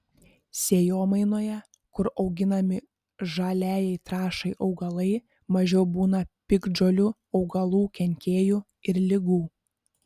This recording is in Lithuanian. sėjomainoje kur auginami žaliajai trąšai augalai mažiau būna piktžolių augalų kenkėjų ir ligų